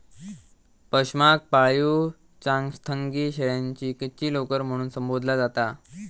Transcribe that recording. पशमाक पाळीव चांगथंगी शेळ्यांची कच्ची लोकर म्हणून संबोधला जाता